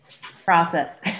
Process